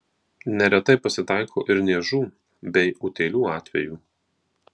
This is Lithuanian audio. neretai pasitaiko ir niežų bei utėlių atvejų